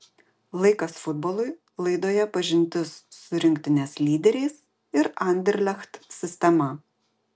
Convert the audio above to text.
laikas futbolui laidoje pažintis su rinktinės lyderiais ir anderlecht sistema